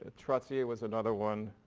ah trottier was another one.